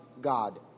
God